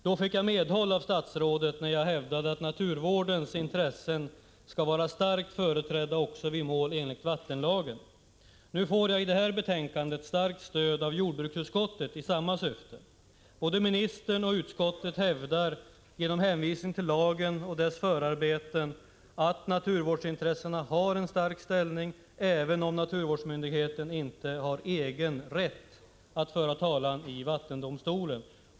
Då fick jag medhåll av statsrådet när jag hävdade att naturvårdsintressena skulle vara starkt företrädda också vid mål enligt vattenlagen. I det här betänkandet får jag kraftigt stöd av jordbruksutskottet i samma syfte. Både minister och utskott hävdar genom hänvisning till lagen och dess förarbeten att naturvårdsintressena har en stark ställning, även om naturvårdsmyndigheten inte har egen rätt att föra talan i vattendomstolen.